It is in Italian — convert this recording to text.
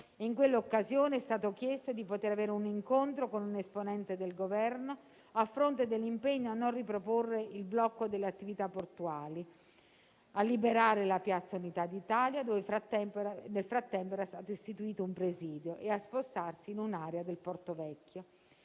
In quell'occasione è stato chiesto di poter avere un incontro con un esponente del Governo a fronte dell'impegno a non riproporre il blocco delle attività portuali, a liberare Piazza Unità d'Italia, dove nel frattempo era stato istituito un presidio, e a spostarsi in un'area del porto vecchio.